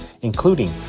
including